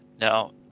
Now